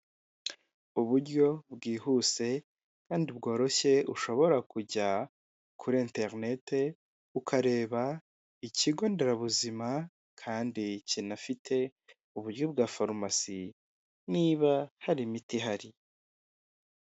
Uburyo bwihuse kandi bworoshye ushobora kujya kuri interineti ukareba ikigo nderabuzima kandi kinafite uburyo bwa farumasi niba hari imiti ihari.